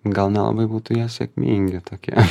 gal nelabai būtų jie sėkmingi tokie